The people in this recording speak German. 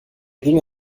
ging